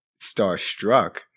starstruck